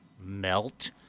melt